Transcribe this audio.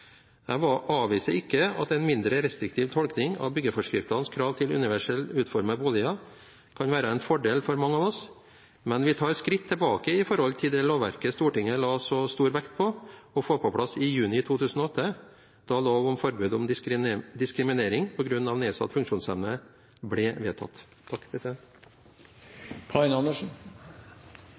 avviser ikke at en mindre restriktiv tolkning av byggeforskriftenes krav til universelt utformede boliger kan være en fordel for mange av oss, men vi tar et skritt tilbake i forhold til det lovverket Stortinget la så stor vekt på å få på plass i juni 2008, da lov om forbud om diskriminering på grunn av nedsatt funksjonsevne ble vedtatt.